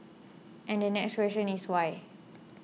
and the next question is why